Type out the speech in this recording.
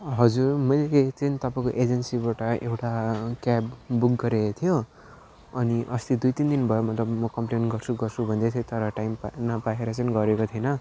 हजुर मैले एक दिन तपाईँको एजेन्सीबाट एउटा क्याब बुक गरेको थियो अनि अस्ति दुई तिन दिन भयो मतलब म कम्प्लेन गर्छु गर्छु भन्दैथिएँ तर टाइम पाइ नपाएर चाहिँ गरेको थिइनँ